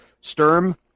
Sturm